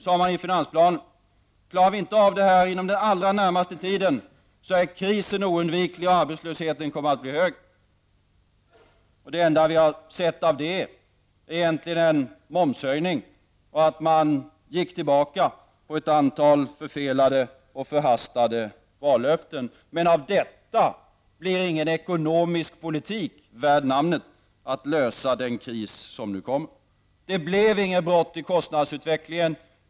Man sade att om vi inte klarade av detta inom den allra närmaste tiden så skulle krisen vara oundviklig och arbetslösheten skulle komma att bli hög. Det enda vi har sett av åtgärder för att klara av detta är egentligen en momshöjning och att regeringen gick tillbaka i fråga om ett antal förfelade och förhastade vallöften. Men av detta blir det ingen ekonomisk politik värd namnet, en ekonomisk politik som gör det möjligt att lösa den kris som nu kommer. Det blev inget brott i kostnadsutvecklingen.